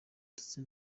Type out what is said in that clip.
ndetse